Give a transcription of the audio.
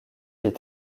est